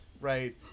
right